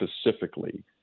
specifically